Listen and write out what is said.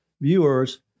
viewers